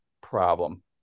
problem